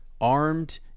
armed